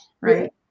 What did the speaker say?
right